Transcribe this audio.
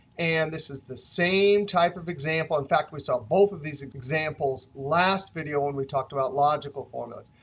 and this is the same type of example. in fact, we saw both of these examples last video when we talked about logical formulas.